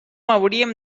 hauríem